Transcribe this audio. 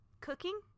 Cooking